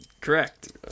Correct